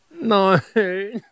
No